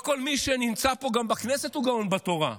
לא כל מי שנמצא פה גם בכנסת הוא גאון בתורה.